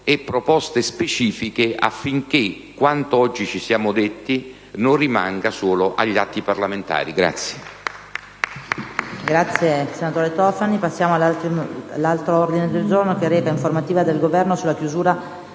e proposte specifiche affinché quanto oggi ci siamo detti non rimanga solo agli atti parlamentari.